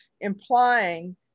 implying